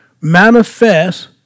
Manifest